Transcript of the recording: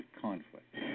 conflict